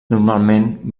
normalment